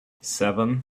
seven